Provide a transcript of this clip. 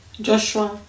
Joshua